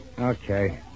Okay